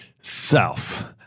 self